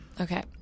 okay